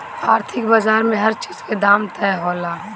आर्थिक बाजार में हर चीज के दाम तय होला